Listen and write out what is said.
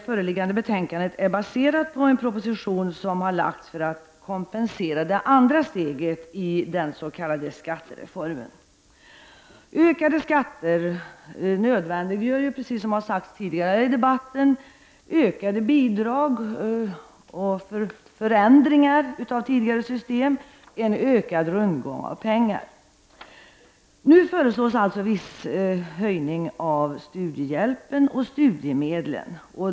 Föreliggande betänkande är baserat på en proposition som har framlagts för att kompensera det andra steget i den s.k. skattereformen. Ökade skatter nödvändiggör, som sagts tidigare i debatten, ökade bidrag och förändringar i tidigare system, en ökad rundgång av pengar. Nu föreslås alltså viss höjning av studiehjälpen och studiemedlen.